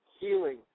healing